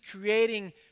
creating